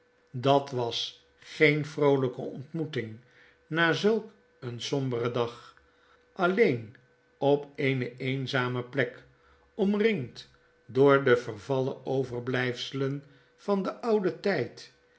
dat was geen vroolijke ontmoeting na zulk een somberen dag alleen op eene eenzame plek omringd door de vervallen overblyfselen van den ouden tyd